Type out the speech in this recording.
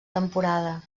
temporada